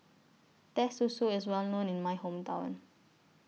Teh Susu IS Well known in My Hometown